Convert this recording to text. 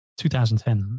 2010